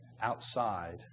outside